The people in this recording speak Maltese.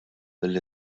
mill